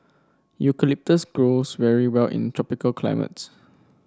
eucalyptus grows very well in tropical climates